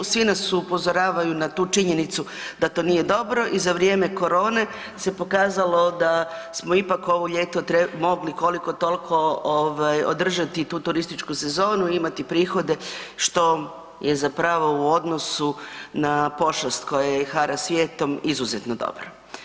Svi nas upozoravaju na tu činjenicu da to nije dobro i za vrijeme korone se pokazalo da smo ipak ovo ljeto mogli koliko tolko ovaj održati tu turističku sezonu i imati prihodi, što je zapravo u odnosu na pošast koja hara svijetom izuzetno dobro.